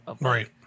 Right